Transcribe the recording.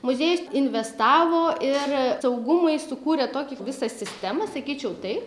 muziejus investavo ir saugumui sukūrė tokį visą sistemą sakyčiau taip